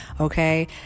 Okay